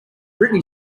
britney